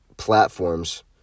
platforms